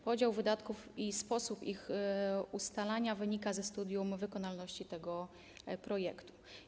Podział wydatków i sposób ich ustalania wynika ze studium wykonalności tego projektu.